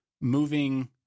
moving